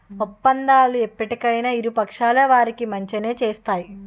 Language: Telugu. ఒప్పందాలు ఎప్పటికైనా ఇరు పక్షాల వారికి మంచినే చేస్తాయి